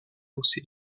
hausser